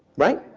right.